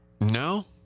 No